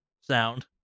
sound